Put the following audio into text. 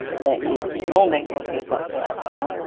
there is no mango taste whatsoever.